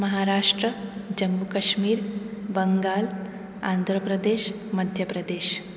Maharashtra Jammu Kashmir Bengal Andhra Pradesh Madhya Pradesh